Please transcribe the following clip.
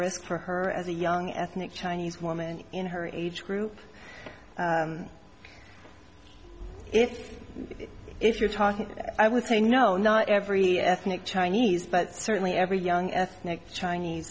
risk for her as a young ethnic chinese woman in her age group if if you're talking i would say no not every ethnic chinese but certainly every young ethnic chinese